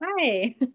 Hi